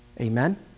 Amen